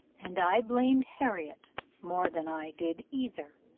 and i blamed harriot more than i did either.